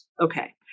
Okay